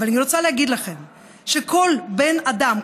אבל אני רוצה להגיד לכם שכל בן אדם,